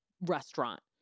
restaurant